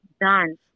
done